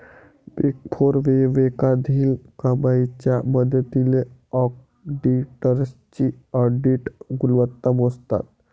big four विवेकाधीन कमाईच्या मदतीने ऑडिटर्सची ऑडिट गुणवत्ता मोजतात